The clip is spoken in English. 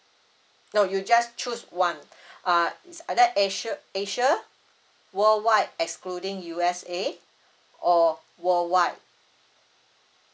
no you just choose one uh it's either asia asia worldwide excluding U_S_A or worldwide